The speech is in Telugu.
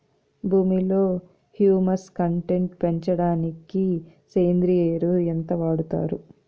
భూమిలో హ్యూమస్ కంటెంట్ పెంచడానికి సేంద్రియ ఎరువు ఎంత వాడుతారు